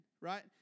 right